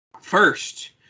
First